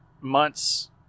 months